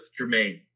Jermaine